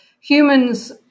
humans